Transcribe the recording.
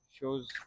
shows